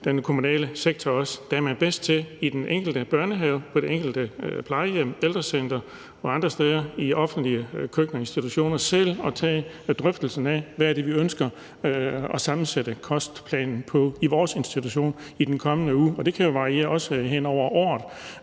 den kommunale sektor – at man er bedst til i den enkelte børnehave, på det enkelte plejehjem eller ældrecentre og andre steder i de offentlige institutioners køkkener selv at tage drøftelsen af: Hvad er det, vi ønsker at sammensætte kostplanen ud fra i vores institution i den kommende uge? Og det kan jo variere, også hen over året.